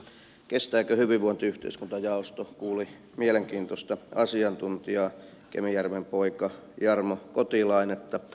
kestääkö hyvinvointiyhteiskunta jaosto kuuli mielenkiintoista asiantuntijaa kemijärven poikaa jarmo kotilainetta